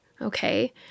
Okay